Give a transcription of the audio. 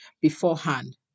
beforehand